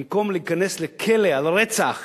במקום להיכנס לכלא על רצח